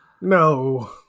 No